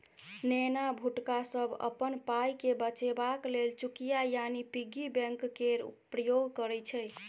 नेना भुटका सब अपन पाइकेँ बचेबाक लेल चुकिया यानी पिग्गी बैंक केर प्रयोग करय छै